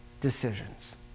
decisions